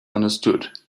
understood